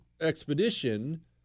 expedition